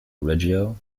reggio